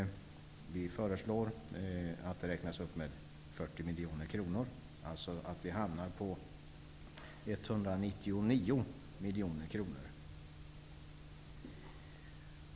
Vi föreslår att de räknas upp med 40 miljoner kronor, så att de totalt hamnar på 199 miljoner kronor.